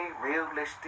realistic